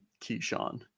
Keyshawn